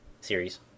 series